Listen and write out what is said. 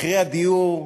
מחירי הדיור בוערים.